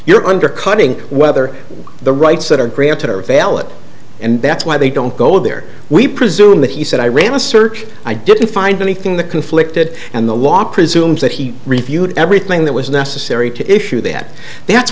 you're undercutting whether the rights that are granted are valid and that's why they don't go there we presume that he said i ran a search i didn't find anything the conflicted and the law presumes that he reviewed everything that was necessary to issue that th